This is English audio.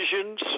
decisions